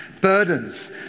burdens